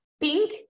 pink